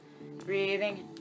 Breathing